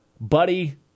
buddy